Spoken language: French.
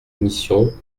missions